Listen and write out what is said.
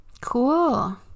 cool